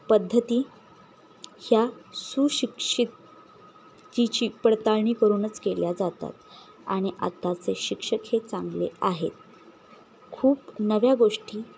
पद्धती ह्या सुशिक्षितचीची पडताळणी करूनच केल्या जातात आणि आताचे शिक्षक हे चांगले आहेत खूप नव्या गोष्टी